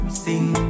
sing